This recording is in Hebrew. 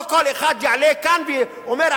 לא כל אחד יעלה כאן ויאמר,